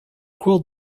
cours